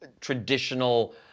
traditional